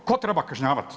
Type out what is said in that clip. Tko treba kažnjavat?